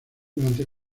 durante